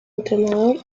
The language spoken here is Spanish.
entrenador